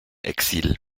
exil